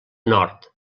nord